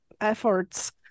efforts